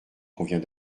convient